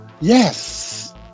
yes